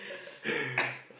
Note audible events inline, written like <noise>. <coughs>